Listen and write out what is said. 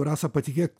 rasa patikėk